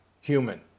human